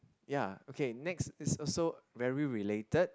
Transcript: ya okay next is also very related